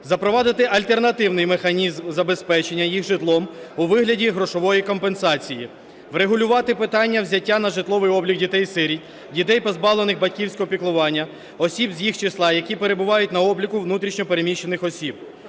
запровадити альтернативний механізм забезпечення їх житлом у вигляді грошової компенсації, врегулювати питання взяття на житловий облік дітей-сиріт, дітей позбавлених батьківського піклування, осіб з їх числа, які перебувають на обліку внутрішньо переміщених осіб.